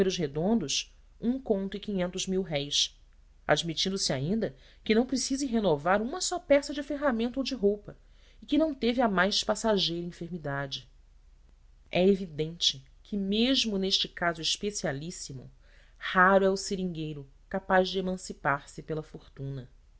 e uma o admitindo se ainda que não precise renovar uma só peça de ferramenta ou de roupa e que não teve a mais passageira enfermidade é evidente que mesmo neste caso